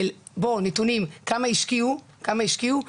שאין לנו נתונים על כמה השקיעו בהסברה,